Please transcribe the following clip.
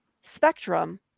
spectrum